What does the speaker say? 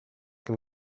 can